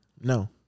No